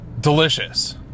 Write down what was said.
delicious